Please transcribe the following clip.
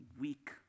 weak